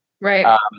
right